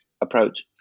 approach